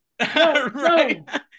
Right